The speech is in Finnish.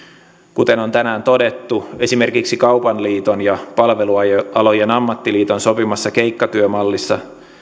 kuten on tänään todettu esimerkiksi kaupan liiton ja palvelualojen ammattiliiton sopimassa keikkatyömallissa